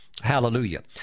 Hallelujah